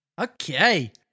Okay